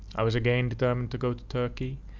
i was again determined to go to turkey,